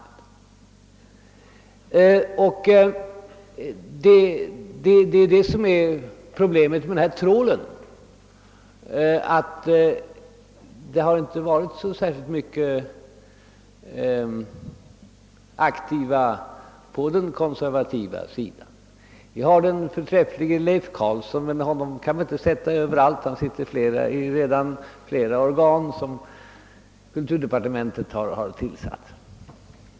Det är här problemet ligger, och det :är här vi måste ta till trålen. Man har inte varit särskilt aktiv på den kon :servativa sidan. Där finns den förträfflige Leif Carlsson, men honom kan vi inte sätta in överallt — han sitter redan i andra organ som utbildningsdepartementet har tillsatt.